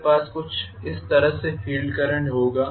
मेरे पास कुछ इस तरह से फ़ील्ड करंट होगा